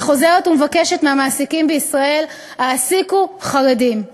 אני חוזרת ומבקשת מהמעסיקים בישראל: העסיקו חרדים.